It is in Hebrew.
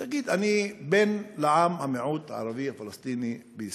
תגיד אני בן לעם המיעוט הערבי הפלסטיני בישראל.